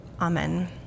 Amen